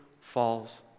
falls